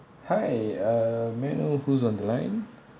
hi uh may I know who's on the line